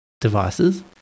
devices